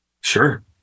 Sure